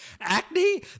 Acne